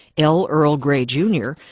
l. earl gray, jr,